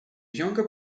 younger